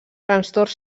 trastorns